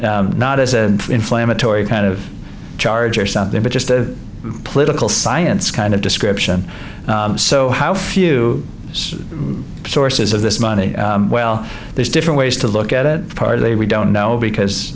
description not as an inflammatory kind of charge or something but just a political science kind of description so how few sources of this money well there's different ways to look at it partly we don't know because